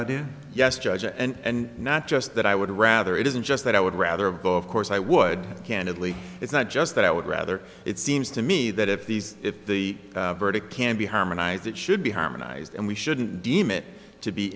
idea yes judge and not just that i would rather it isn't just that i would rather vote of course i would candidly it's not just that i would rather it seems to me that if these if the verdict can be harmonised it should be harmonised and we shouldn't deem it to be